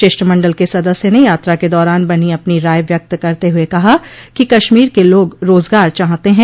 शिष्टमंडल के सदस्य ने यात्रा के दौरान बनी अपनी राय व्यक्त करते हुए कहा कि कश्मीर के लोग रोज़गार चाहते हैं